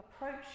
approach